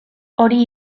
hori